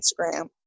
Instagram